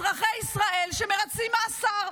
אזרחי ישראל שמרצים מאסר.